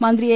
മന്ത്രി എ